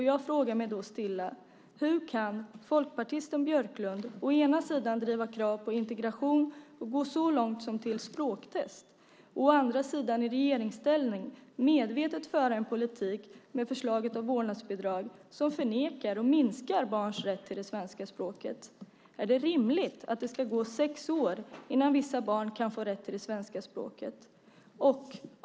Jag frågar då stilla: Hur kan folkpartisten Björklund å ena sidan driva krav på integration och gå så långt som till språktest och å andra sidan i regeringsställning medvetet föra en politik med förslag om vårdnadsbidrag som förnekar och minskar barns rätt till det svenska språket? Är det rimligt att det ska gå sex år innan vissa barn kan få rätt till det svenska språket?